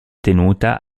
tenuta